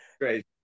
Great